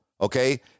okay